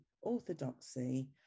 orthodoxy